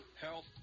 health